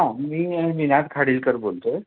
हां मी विनायक खाडीलकर बोलत आहे